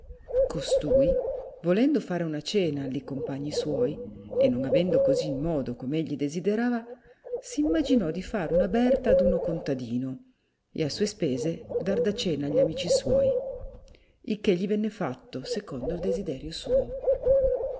ostui volendo fare una cena alli compagni suoi e non avendo cosi il modo com'egli desiderava s'imaginò di far una berta ad uno contadino e a sue spese dar da cena agli amici suoi il che gli venne fatto secondo il desiderio suo